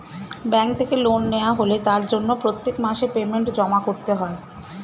bank থেকে loan নেওয়া হলে তার জন্য প্রত্যেক মাসে পেমেন্ট জমা করতে হয়